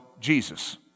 Jesus